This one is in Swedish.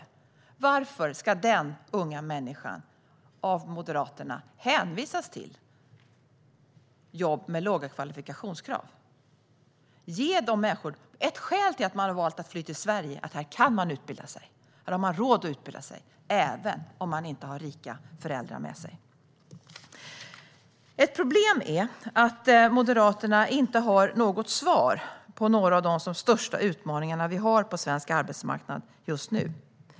Varför ska den unga människan av Moderaterna hänvisas till jobb med låga kvalifikationskrav? Ett skäl till att dessa människor har valt att fly till Sverige är att de här kan och har råd att utbilda sig även om de inte har rika föräldrar med sig. Ett problem är att Moderaterna inte har något svar på några av de största utmaningarna som finns på svensk arbetsmarknad just nu.